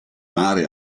mare